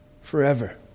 forever